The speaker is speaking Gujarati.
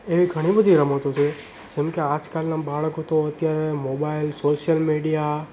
એવી ઘણી બધી રમતો છે જેમ કે આજકાલના બાળકો તો અત્યારે મોબાઈલ સોશિયલ મીડિયા